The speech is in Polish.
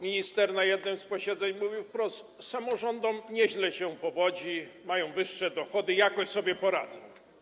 Minister na jednym z posiedzeń mówił wprost: samorządom nieźle się powodzi, mają wyższe dochody, jakoś sobie poradzą.